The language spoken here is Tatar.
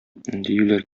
диюләр